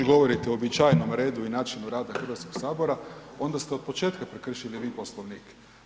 Kada već govorite o uobičajenom redu i načinu rada Hrvatskog sabora onda ste od početka prekršili vi Poslovnik.